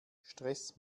stress